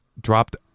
dropped